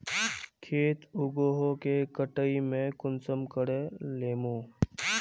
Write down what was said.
खेत उगोहो के कटाई में कुंसम करे लेमु?